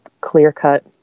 clear-cut